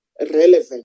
relevant